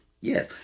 Yes